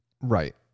Right